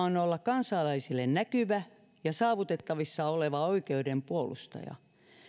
on olla kansalaisille näkyvä ja saavutettavissa oleva oikeuden puolustaja